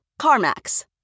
CarMax